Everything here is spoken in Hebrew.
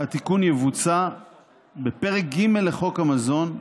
התיקון יבוצע בפרק ג' לחוק המזון,